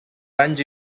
danys